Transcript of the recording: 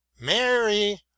Mary